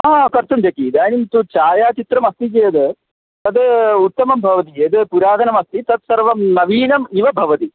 हा कर्तुं शक्यते इदानीं तु छायाचित्रमस्ति चेद् तद् उत्तमं भवति यद् पुरातनमस्ति तत्सर्वं नवीनम् इव भवति